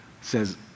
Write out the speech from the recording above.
says